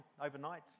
overnight